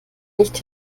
nicht